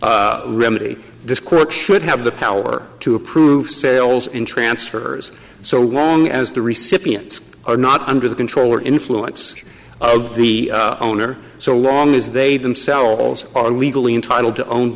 prefer remedy this court should have the power to approve sales in transfers so long as the recipients are not under the control or influence of the owner so long as they themselves are legally entitled to own